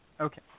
Okay